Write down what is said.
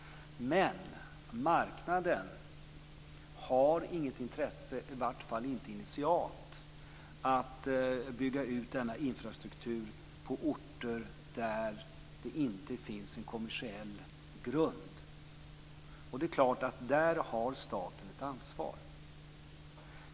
Men marknaden har inget intresse, i varje fall inte initialt, av att bygga ut denna infrastruktur på orter där det inte finns en kommersiell grund. Det är klart att staten där har ett ansvar.